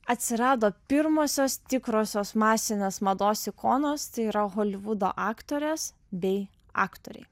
atsirado pirmosios tikrosios masinės mados ikonos tai yra holivudo aktorės bei aktoriai